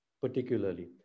Particularly